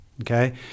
okay